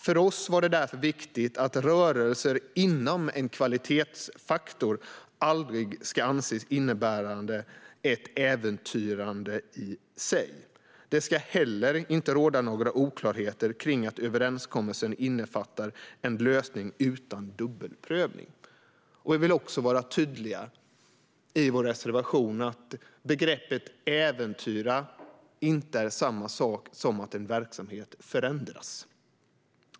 För oss var det därför viktigt att rörelser inom en kvalitetsfaktor aldrig ska anses innebära ett äventyrande i sig. Det ska heller inte råda några oklarheter kring att överenskommelsen innefattar en lösning utan dubbelprövning. Vi vill också i vår reservation vara tydliga med att begreppet äventyra inte är detsamma som att en verksamhet förändras.